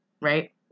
Right